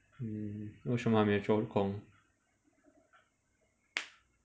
mm 为什么没有做工